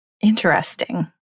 Interesting